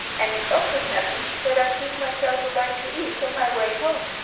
and it often happens that i cook myself a bite to eat on my way home,